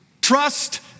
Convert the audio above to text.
Trust